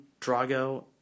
Drago